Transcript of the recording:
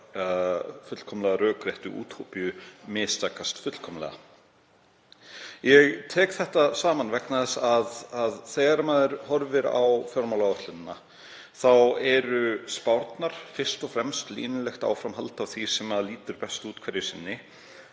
fullkomlega rökréttu útópíu mistakast fullkomlega. Ég tek þetta saman vegna þess að þegar maður horfir á fjármálaáætlunina eru spárnar fyrst og fremst línulegt áframhald af því sem lítur best út hverju sinni.